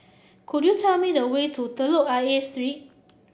could you tell me the way to Telok Ayer Street